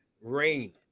rain